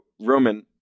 Roman